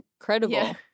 incredible